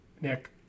Nick